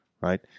right